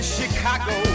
Chicago